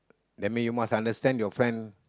that mean you must understand your friend